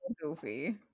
goofy